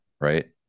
right